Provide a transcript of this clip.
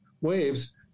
waves